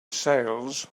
sails